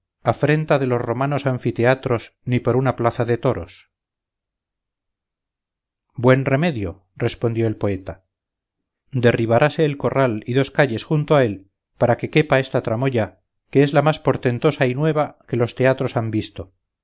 afrenta de los romanos anfiteatros ni por una plaza de toros buen remedio respondió el poeta derribaráse el corral y dos calles junto a él para que quepa esta tramoya que es la más portentosa y nueva que los teatros han visto